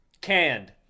canned